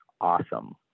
awesome